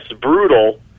brutal